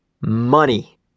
Money